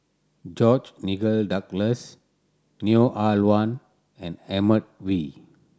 George Nigel Douglas Hamilton Neo Ah Luan and Edmund Wee